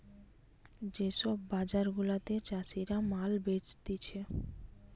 যে সব বাজার গুলাতে চাষীরা মাল বেচতিছে